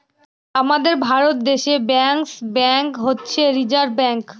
আমাদের ভারত দেশে bankers bank হচ্ছে রিসার্ভ ব্যাঙ্ক